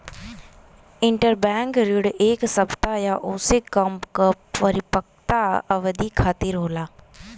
interbank ऋण एक सप्ताह या ओसे कम क परिपक्वता अवधि खातिर होला